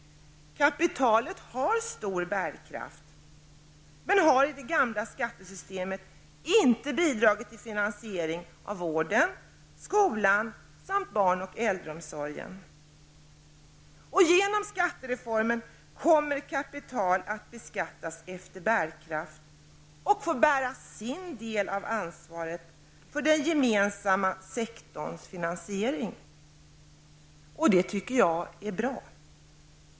Kapitalet har stor bärkraft men har i det gamla skattesystemet inte bidragit till finansieringen av vården, skolan eller barn och äldreomsorgen. Genom skattereformen kommer kapital att beskattas efter bärkraft och att få bära sin del av ansvaret för finansieringen av den gemensamma sektorn. Detta tycker jag är bra.